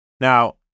Now